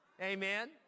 amen